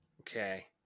Okay